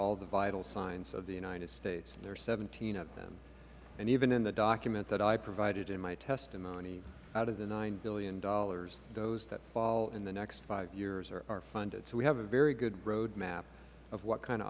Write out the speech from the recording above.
all the vital signs of the united states there are seventeen of them and even in the document that i provided in my testimony out of the nine dollars billion those that fall in the next five years are funded so we have a very good road map of what kind of